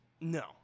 No